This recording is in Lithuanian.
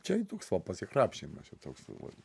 čia i toks va pasikrapštymas čia toks va